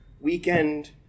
weekend